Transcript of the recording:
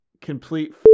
complete